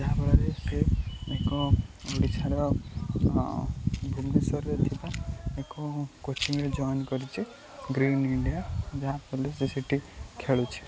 ଯାହାଫଳରେ ସେ ଏକ ଓଡ଼ିଶାର ଭୁବନେଶ୍ୱରରେ ଥିବା ଏକ କୋଚିଂରେ ଜଏନ୍ କରିଛି ଗ୍ରୀନ୍ ଇଣ୍ଡିଆ ଯାହାଫଳରେ ସେ ସେଠି ଖେଳୁଛି